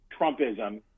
Trumpism